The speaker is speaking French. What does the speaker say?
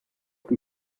plus